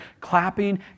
clapping